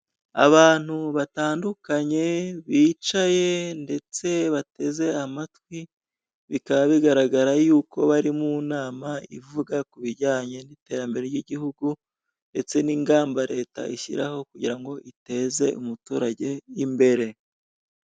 Abantu batandukanye bicaye ndetse bateze amatwi, bikaba bigaragara yuko bari mu nama ivuga ku bijyanye n'iterambere ry'igihugu ndetse n'ingamba Leta ishyiraho kugira ngo iteze umuturage imbere.